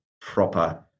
proper